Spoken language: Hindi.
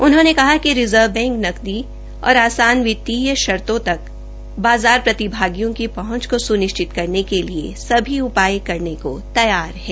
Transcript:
उन्होंने कहा कि रिज़र्व बैंक नकदी और आवास वित्तीय शर्तो तक बाज़ार प्रतिभागियों की हंच को सुनिश्चित करने के लिए सभी उधाय करने को तैयार है